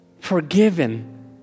forgiven